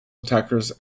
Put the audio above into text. attackers